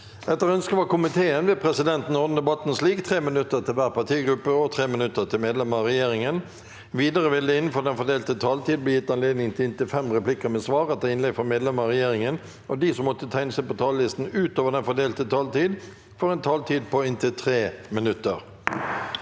kommunikasjonskomiteen vil presidenten ordne debatten slik: 3 minutter til hver partigruppe og 3 minutter til medlemmer av regjeringen. Videre vil det – innenfor den fordelte taletid – bli gitt anledning til inntil fem replikker med svar etter innlegg fra medlemmer av regjeringen, og de som måtte tegne seg på talerlisten utover den fordelte taletid, får en taletid på inntil 3 minutter.